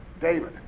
David